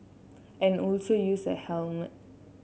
and also use a helmet